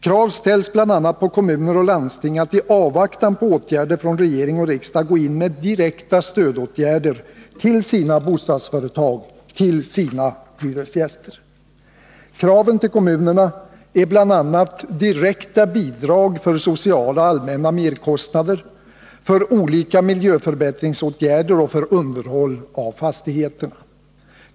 Krav ställs bl.a. på kommuner och landsting att i avvaktan på åtgärder från regering och riksdag gå in med direkta stödåtgärder till sina bostadsföretag, till sina hyresgäster. Kraven till kommunerna gäller bl.a. direkta bidrag för sociala och allmänna merkostnader, för olika miljöförbättringsåtgärder och för underhåll av fastigheterna.